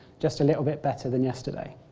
just a little bit better than yesterday.